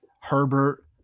Herbert